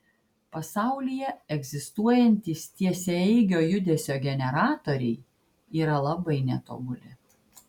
pasaulyje egzistuojantys tiesiaeigio judesio generatoriai yra labai netobuli